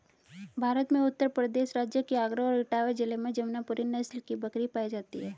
भारत में उत्तर प्रदेश राज्य के आगरा और इटावा जिले में जमुनापुरी नस्ल की बकरी पाई जाती है